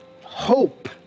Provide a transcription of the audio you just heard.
hope